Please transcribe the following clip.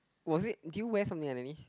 was it did you wear something underneath